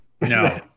No